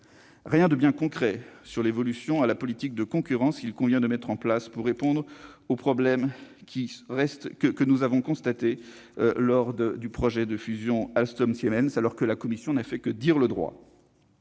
Rien de bien concret sur l'évolution de la politique de concurrence qu'il convient de mettre en place pour répondre aux problèmes que nous avons constatés lors du projet de fusion Alstom-Siemens, alors que la Commission n'a fait que dire le droit.